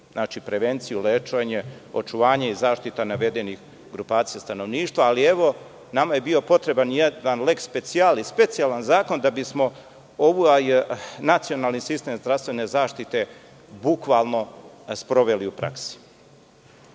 Znači, prevenciju, lečenje, očuvanje i zaštita navedenih grupacija stanovništva, ali nama je bio potreban jedan leks specijalis, specijalan zakon da bismo ovo, a i nacionalni sistem zdravstvene zaštite bukvalno sproveli u praksi. Pošto